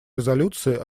резолюции